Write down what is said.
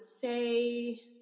say